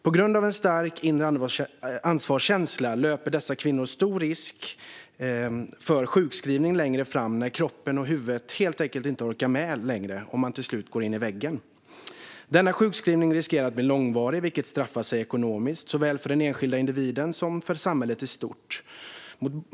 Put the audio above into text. På grund av en stark inre ansvarskänsla löper dessa kvinnor stor risk för sjukskrivning längre fram när kroppen och huvudet helt enkelt inte orkar med längre och man till slut går in i väggen. Denna sjukskrivning riskerar att bli långvarig, vilket straffar sig ekonomiskt såväl för den enskilda individen som för samhället i stort.